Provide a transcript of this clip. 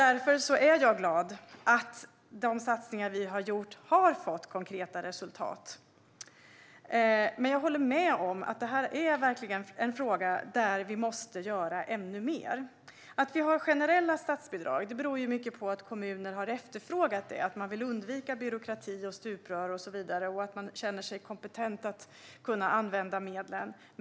Därför är jag glad över att de satsningar som vi har gjort har fått konkreta resultat. Jag håller dock med om att vi måste göra ännu mer inom detta område. De generella statsbidragen beror mycket på att kommunerna har efterfrågat dem. De vill undvika byråkrati, stuprör och så vidare. De känner sig själva kompetenta att använda medlen.